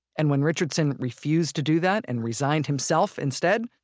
and when richardson refused to do that and resigned himself instead,